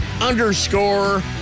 underscore